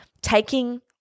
taking